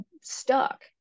stuck